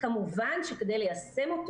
כמובן שכדי ליישם אותו